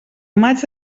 maig